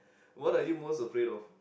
what are you most afraid of